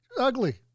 ugly